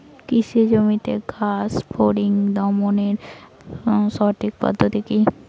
কৃষি জমিতে ঘাস ফরিঙ দমনের সঠিক পদ্ধতি কি?